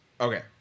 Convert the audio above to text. Okay